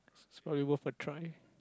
it's probably worth a try